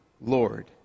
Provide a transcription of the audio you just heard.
Lord